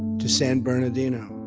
to san bernardino